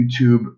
YouTube